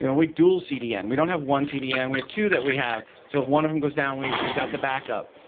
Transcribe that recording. we dual cdn. we don't have one cdn. we have two that we have. so if one of them goes down, we've we've got the backup.